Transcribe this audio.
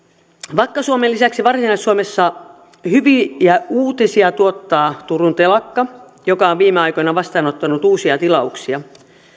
vakka suomen lisäksi varsinais suomessa hyviä uutisia tuottaa turun telakka joka on viime aikoina vastaanottanut uusia tilauksia